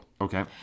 Okay